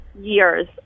years